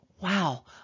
wow